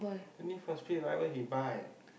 twenty first whatever he buy